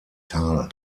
tal